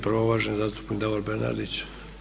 Prvo uvaženi zastupnik Davor Bernardić.